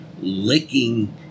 licking